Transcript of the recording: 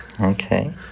Okay